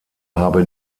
habe